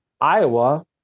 Iowa